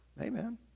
amen